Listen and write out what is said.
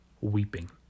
weeping